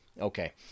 Okay